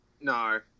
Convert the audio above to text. no